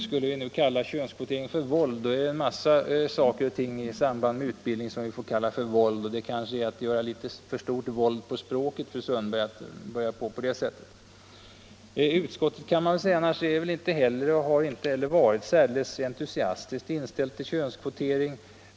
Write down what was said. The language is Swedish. Skulle vi kalla könskvotering för våld, så är det en massa saker och ting i samband med utbildning som vi får kalla för våld, och det kanske är att göra litet för stort våld på språket, fru Sundberg. Utskottet har inte heller varit särdeles entusiastiskt inställt till könskvotering.